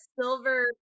silver